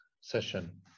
session